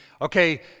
Okay